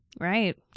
Right